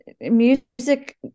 music